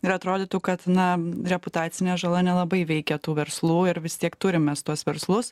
ir atrodytų kad na reputacinė žala nelabai veikia tų verslų ir vis tiek turim mes tuos verslus